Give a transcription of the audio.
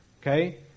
Okay